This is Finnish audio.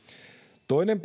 toinen